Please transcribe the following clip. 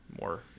more